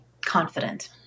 confident